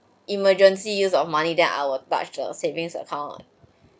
emergency use of money then I will barge to our budget savings account